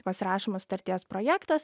pasirašomos sutarties projektas